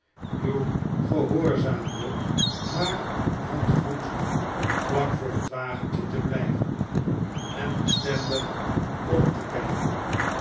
hugh gehoorzaamde maar vond goed om vlak voor het wagentje te blijven en bestendig om te kijken